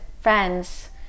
friends